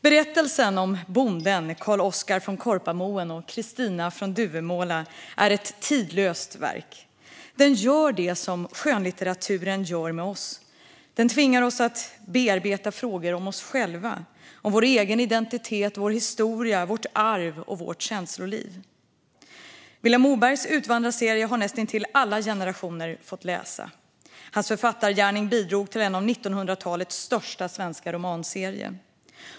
Berättelsen om bonden Karl Oskar från Korpamoen och Kristina från Duvemåla är ett tidlöst verk. Den gör det som skönlitteraturen gör med oss: Den tvingar oss att bearbeta frågor om oss själva, vår egen identitet, vår historia, vårt arv och vårt känsloliv. Vilhelm Mobergs utvandrarserie har näst intill alla generationer fått läsa. Hans författargärning bidrog med en av 1900-talets största svenska romanserier.